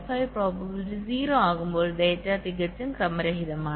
5 probability 0 ആകുമ്പോൾ data തികച്ചും ക്രമരഹിതമാണ്